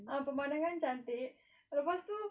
ah permandangan cantik lepas tu